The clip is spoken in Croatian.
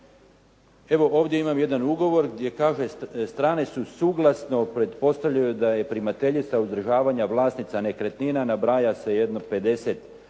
Evo, ovdje imam jedan ugovor gdje kaže, strane su suglasno, pretpostavljaju da je primateljica uzdržavanja vlasnica nekretnina, nabraja se jedno 50